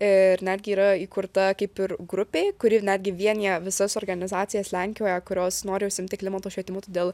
ir netgi yra įkurta kaip ir grupė kuri netgi vienija visas organizacijas lenkijoje kurios nori užsiimti klimato švietimu todėl